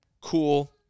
Cool